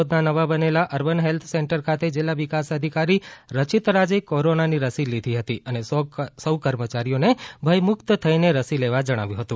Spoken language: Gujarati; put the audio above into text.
દાહોદના નવા બનેલા અર્બન હેલ્થ સેન્ટર ખાતે જિલ્લા વિકાસ અધિકારી રચિત રાજે કોરોનાની રસી લીધી હતી અને સૌ કર્મચારીઓને ભયમુક્ત થઇને રસી લેવા જણાવ્યું છે